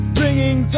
bringing